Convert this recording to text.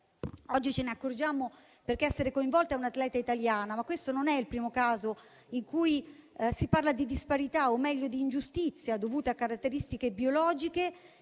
Oggi ce ne accorgiamo perché ad essere coinvolta è un'atleta italiana, ma questo non è il primo caso in cui si parla di disparità, o meglio di ingiustizia, dovuta a caratteristiche biologiche